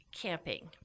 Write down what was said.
camping